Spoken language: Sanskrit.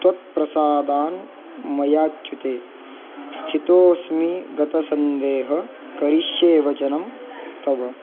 त्वत्प्रसादान्मयाच्युत स्थितोस्मि गतसन्देहः करिष्ये वचनं तव